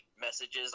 messages